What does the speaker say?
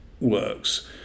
works